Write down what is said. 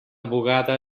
bugada